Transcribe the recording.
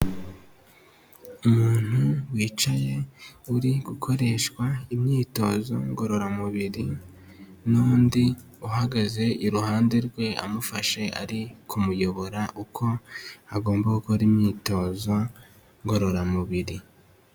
Umuntu wicaye uri gukoreshwa imyitozo ngororamubiri n'undi uhagaze iruhande rwe amufashe ari kumuyobora uko agomba gukora imyitozo ngororamubiri.